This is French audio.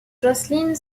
jocelyn